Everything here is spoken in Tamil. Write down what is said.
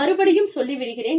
மறுபடியும் சொல்லி விடுகிறேன்